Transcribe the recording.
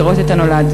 לראות את הנולד.